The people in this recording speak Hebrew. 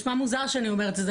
וזה נשמע מוזר שאני אומרת את זה,